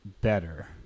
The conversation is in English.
better